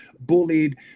bullied